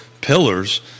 pillars